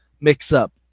mix-up